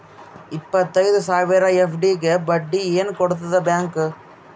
ಇಪ್ಪತ್ತೈದು ಸಾವಿರ ಎಫ್.ಡಿ ಗೆ ಬಡ್ಡಿ ಏನ ಕೊಡತದ ಬ್ಯಾಂಕ್?